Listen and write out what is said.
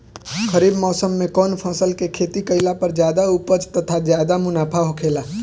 खरीफ़ मौसम में कउन फसल के खेती कइला पर ज्यादा उपज तथा ज्यादा मुनाफा होखेला?